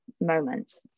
moment